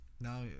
now